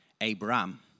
Abraham